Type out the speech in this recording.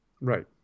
Right